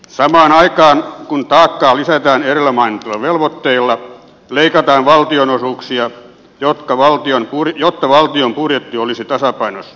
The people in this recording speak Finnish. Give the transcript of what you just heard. samaan aikaan kun taakkaa lisätään edellä mainituilla velvoitteilla leikataan valtionosuuksia jotta valtion budjetti olisi tasapainossa